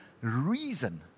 reason